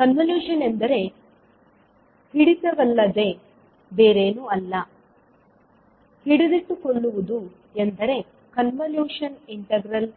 convolution ಎಂದರೆ ಹಿಡಿತವಲ್ಲದೆ ಬೇರೇನೂ ಅಲ್ಲ ಹಿಡಿದಿಟ್ಟುಕೊಳ್ಳುವುದು ಎಂದರೆ ಕಾನ್ವಲ್ಯೂಷನ್ ಇಂಟೆಗ್ರಾಲ್